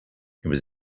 was